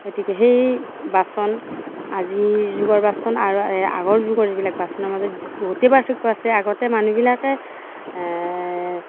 গতিকে সেই বাচন আজিৰ যুগৰ বাচন আৰু আগৰ যুগৰ যিবিলাক বাচনৰ মাজত বহুতে পাৰ্থক্য আছে আগতে মানুহবিলাকে